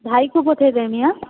ଭାଇକୁ ପଠାଇଦେମି ହା